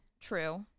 True